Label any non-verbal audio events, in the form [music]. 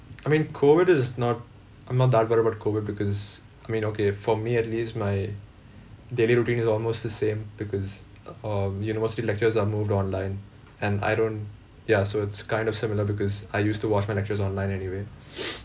I mean COVID is not I'm not that worried about COVID because I mean okay for me at least my daily routine is almost the same because um university lectures are moved online and I don't ya so it's kind of similar because I used to watch my lectures online anyway [breath]